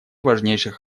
важнейших